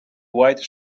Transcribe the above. white